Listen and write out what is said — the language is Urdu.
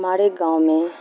ہمارے گاؤں میں